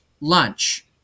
lunch